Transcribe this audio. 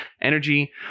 energy